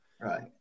Right